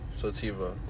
Sativa